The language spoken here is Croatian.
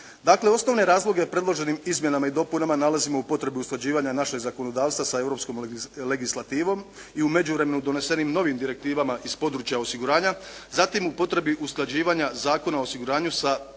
osnovne razloge o predloženim izmjenama i dopunama nalazimo u potrebi usklađivanja našeg zakonodavstva sa europskom legislativom i u međuvremenu donesenim novim direktivama iz područja osiguranja. Zatim u potrebi usklađivanja Zakona o osiguranju sa